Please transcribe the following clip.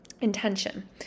intention